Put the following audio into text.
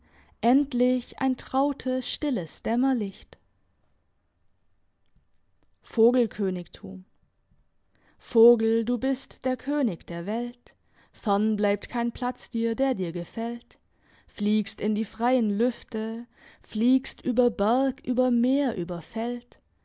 endlich ein trautes stilles dämmerlicht vogelkönigtum vogel du bist der könig der welt fern bleibt kein platz dir der dir gefällt fliegst in die freien lüfte fliegst über berg über meer